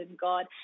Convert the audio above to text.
God